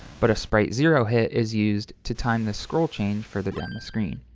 but a sprite zero hit is used to time the scroll change further down the screen.